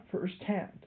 firsthand